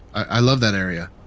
i love that area.